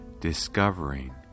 discovering